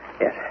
yes